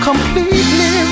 Completely